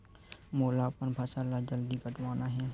मोला अपन फसल ला जल्दी कटवाना हे?